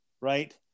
right